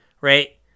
right